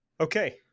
Okay